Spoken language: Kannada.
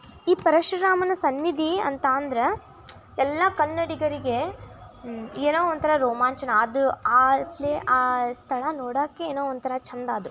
ಈ ಪರಶುರಾಮನ ಸನ್ನಿಧಿ ಅಂತ ಅಂದರೆ ಎಲ್ಲ ಕನ್ನಡಿಗರಿಗೆ ಏನೋ ಒಂಥರ ರೋಮಾಂಚನ ಅದು ಆ ಪ್ಲೆ ಆ ಸ್ಥಳ ನೋಡೋಕೆ ಏನೋ ಒಂಥರ ಚೆಂದ ಅದು